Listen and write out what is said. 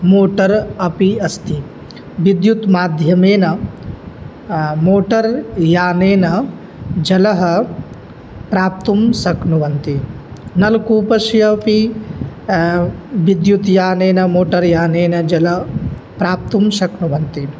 motor अपि अस्ति विद्युत् माध्यमेन मोटर् यानेन जलं प्राप्तुं शक्नुवन्ति नलकूपस्य अपि विद्युत् यानेन मोटर् यानेन जलं प्राप्तुं शक्नुवन्ति